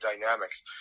dynamics